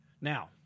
Now